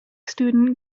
student